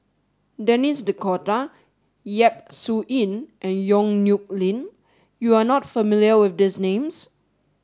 Denis D'Cotta Yap Su Yin and Yong Nyuk Lin you are not familiar with these names